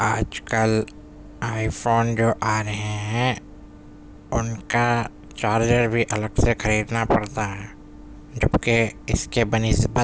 آج کل iPhone جو آ رہے ہیں ان کا چارجر بھی الگ سے خریدنا پڑتا ہے جبکہ اس کے بہ نسبت